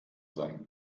sein